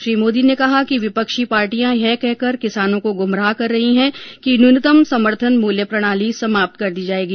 श्री मोदी ने कहा कि विपक्षी पार्टियां यह कहकर किसानों को गुमराह कर रही हैं कि न्यूनतम समर्थन मूल्य प्रणाली समाप्त कर दी जाएगी